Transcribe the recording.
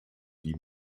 die